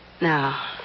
Now